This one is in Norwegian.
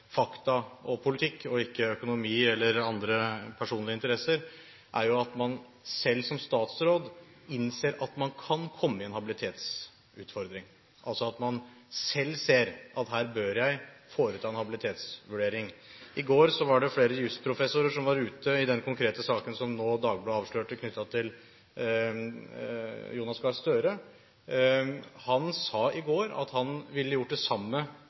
fakta og politikk, ikke økonomi eller andre personlige interesser, er at man selv som statsråd innser at man kan komme i en habilitetsutfordring, altså at man selv ser at her bør jeg foreta en habilitetsvurdering. I går var det flere jusprofessorer som var ute i den konkrete saken som nå Dagbladet avslørte knyttet til Jonas Gahr Støre. Han sa i går at han ville gjort det samme